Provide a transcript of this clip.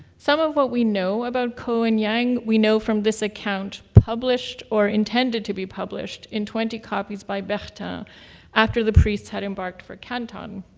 some of what we know about ko and yang, we know from this account published or intended to be published in twenty copies by bertin but after the priests had embarked for canton.